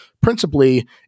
Principally